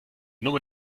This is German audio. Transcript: nummer